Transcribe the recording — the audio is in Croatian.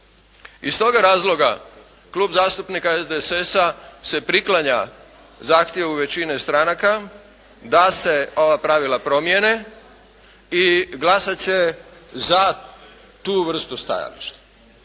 Iz toga razloga Klub zastupnika SDSS-a se priklanja zahtjevu većine stranaka da se ova pravila promjene i glasat će za tu vrstu stajališta.